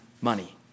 money